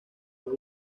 fue